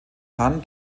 han